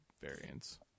variants